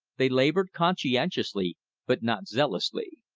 they labored conscientiously but not zealously.